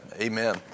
Amen